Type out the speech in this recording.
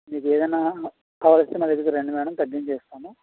మీకు ఏదైనా కావాల్సి వస్తే మా దగ్గరకి రండి మేడం తగ్గించి ఇస్తాను